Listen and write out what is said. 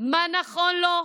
מה נכון לו,